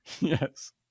Yes